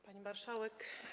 Pani Marszałek!